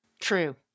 True